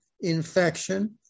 infection